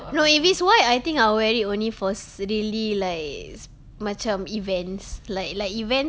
no if it's white I think I'll wear it only for really like s~ macam events like like events ah